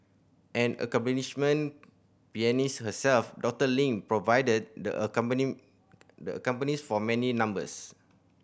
an accomplishment pianist herself Doctor Ling provided the accompany the accompanies for many numbers